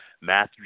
Matthew